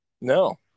No